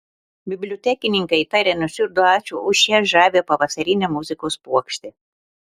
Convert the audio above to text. bibliotekininkai taria nuoširdų ačiū už šią žavią pavasarinę muzikos puokštę